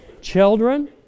children